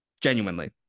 genuinely